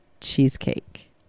cheesecake